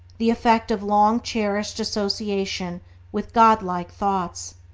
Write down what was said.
the effect of long-cherished association with godlike thoughts.